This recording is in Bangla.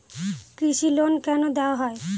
কৃষি লোন কেন দেওয়া হয়?